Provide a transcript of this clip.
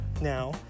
now